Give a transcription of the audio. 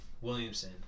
Williamson